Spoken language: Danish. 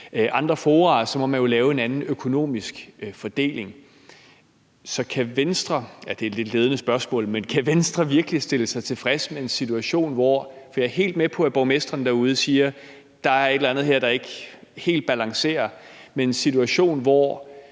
andre fora, og så må man jo lave en anden økonomisk fordeling. Så kan Venstre – ja, det er et ledende spørgsmål – virkelig stille sig tilfreds med en situation, og jeg er helt med, at borgmestrene derude siger, at der er et eller andet her, der ikke helt balancerer, hvor man ser